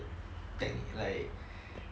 then like